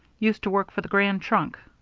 used to work for the grand trunk.